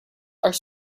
are